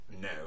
No